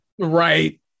Right